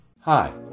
Hi